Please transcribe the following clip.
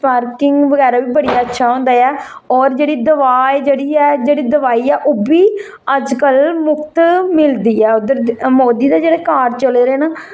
parking बगैरा बड़ी अच्छा होंदा ऐ और जेहड़ी दबा ऐ जेहड़ी दबाई ऐ ओह् बी अजकल मिलदी ऐ उद्धर मोदी दा जेहड़ा कार्ड चले दे ना